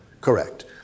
Correct